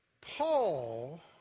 Paul